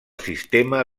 sistema